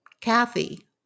Kathy